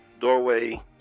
Doorway